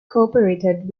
cooperated